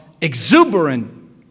exuberant